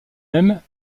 même